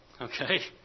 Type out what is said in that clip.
Okay